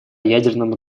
ядерном